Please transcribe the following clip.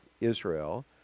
Israel